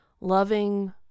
loving